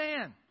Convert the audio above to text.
man